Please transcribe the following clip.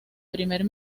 primer